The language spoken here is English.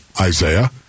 Isaiah